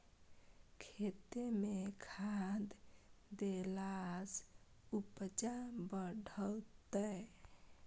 खेतमे खाद देलासँ उपजा बढ़तौ